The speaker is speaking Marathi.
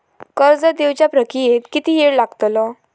कर्ज देवच्या प्रक्रियेत किती येळ लागतलो?